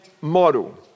model